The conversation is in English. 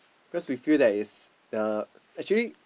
because we feel that it's uh actually